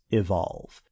evolve